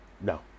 no